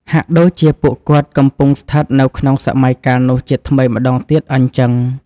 ហាក់ដូចជាពួកគាត់កំពុងស្ថិតនៅក្នុងសម័យកាលនោះជាថ្មីម្តងទៀតអញ្ចឹង។